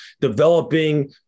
developing